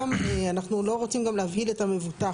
ואנחנו גם לא רוצים להבהיל את המבוטח,